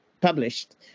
published